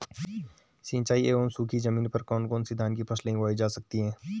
सिंचाई एवं सूखी जमीन पर कौन कौन से धान की फसल उगाई जा सकती है?